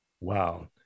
Wow